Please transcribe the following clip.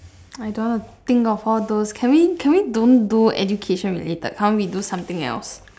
I don't wanna think of all those can we can we don't do education related can't we do something else